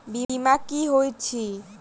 बीमा की होइत छी?